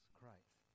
Christ